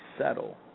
settle